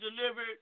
delivered